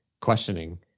questioning